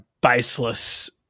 baseless